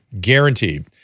guaranteed